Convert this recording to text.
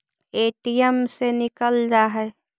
ATM से निकल जा है?